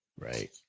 right